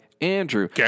Andrew